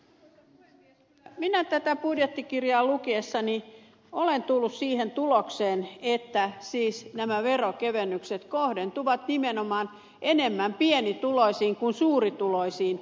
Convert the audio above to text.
kyllä minä tätä budjettikirjaa lukiessani olen tullut siihen tulokseen että siis nämä veronkevennykset kohdentuvat nimenomaan enemmän pienituloisiin kuin suurituloisiin